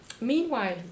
meanwhile